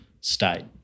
state